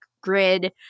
grid